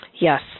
Yes